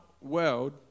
world